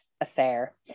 affair